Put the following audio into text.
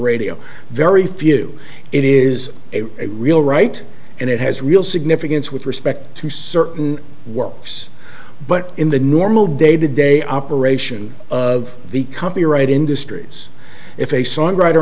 radio very few it is a real right and it has real significance with respect to certain works but in the normal day to day operation of the company right industries if a songwriter